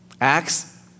Acts